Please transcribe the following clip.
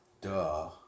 Duh